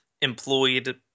employed